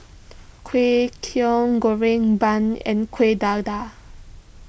Kway Teow Goreng Bun and Kueh Dadar